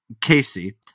Casey